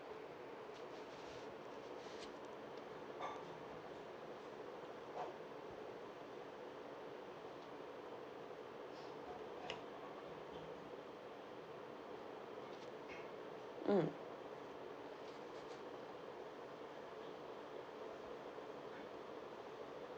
mm